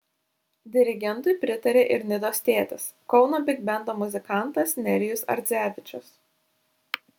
dirigentui pritarė ir nidos tėtis kauno bigbendo muzikantas nerijus ardzevičius